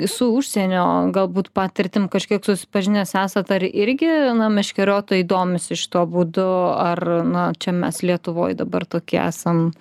su užsienio galbūt patirtim kažkiek susipažinęs esat ar irgi na meškeriotojai domisi šituo būdu ar na čia mes lietuvoj dabar tokie esam